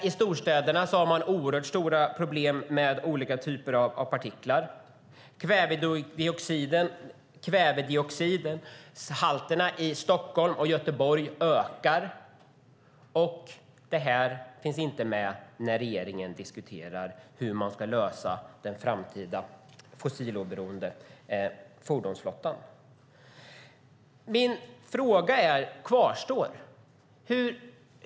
I storstäderna har man problem med olika typer av partiklar, och kvävedioxidhalterna i Stockholm och Göteborg ökar. Detta finns dock inte med när regeringen diskuterar hur man ska åstadkomma den framtida fossiloberoende fordonsflottan. Min fråga kvarstår.